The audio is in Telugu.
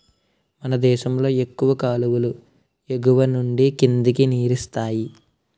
మనదేశంలో ఎక్కువ కాలువలు ఎగువనుండి కిందకి నీరిస్తాయి